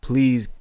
Please